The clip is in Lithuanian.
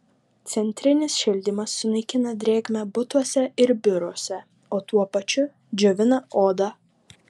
centrinis šildymas sunaikina drėgmę butuose ir biuruose o tuo pačiu džiovina odą